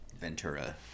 Ventura